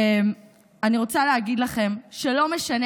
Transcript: אני רוצה להגיד לכם שלא משנה,